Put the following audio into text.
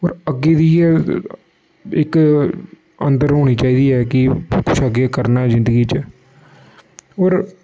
होर अग्गें बी इ'यै इक अंदर होनी चाहिदी ऐ कि कुछ अग्गें करना जिंदगी च होर